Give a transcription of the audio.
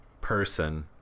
person